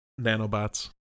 Nanobots